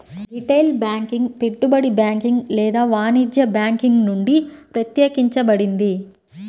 retail banking పెట్టుబడి banking లేదా వాణిజ్య బ్యాంకింగ్ నుండి ప్రత్యేకించబడింది